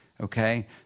okay